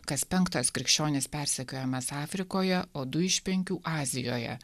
kas penktas krikščionis persekiojamas afrikoje o du iš penkių azijoje